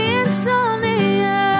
insomnia